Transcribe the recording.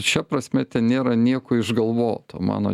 šia prasme ten nėra nieko išgalvoto mano